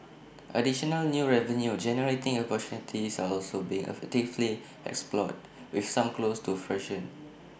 additional new revenue generating opportunities are also being actively explored with some close to fruition